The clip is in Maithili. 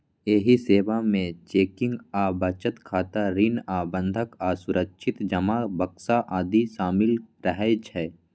एहि सेवा मे चेकिंग आ बचत खाता, ऋण आ बंधक आ सुरक्षित जमा बक्सा आदि शामिल रहै छै